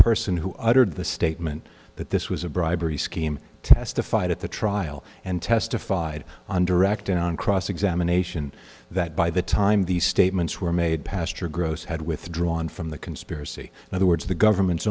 person who uttered the statement that this was a bribery scheme testified at the trial and testified on direct on cross examination that by the time these statements were made pastor gross had withdrawn from the conspiracy in other words the government's